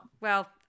Well-